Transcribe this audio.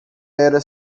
era